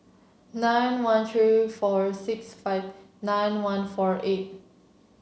nine one three four six five nine one four eight